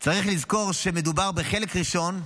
צריך לזכור שמדובר בחלק הראשון.